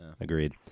agreed